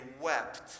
wept